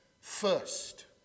first